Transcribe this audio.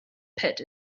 pit